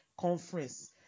conference